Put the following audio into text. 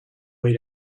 way